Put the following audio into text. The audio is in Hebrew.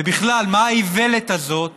ובכלל, מה האיוולת הזאת